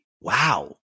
wow